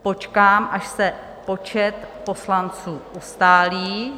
Počkám, až se počet poslanců ustálí.